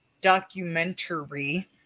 documentary